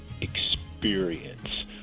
experience